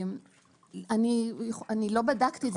אני לא בדקתי את זה.